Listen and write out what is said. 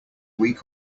week